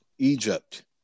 Egypt